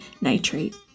nitrate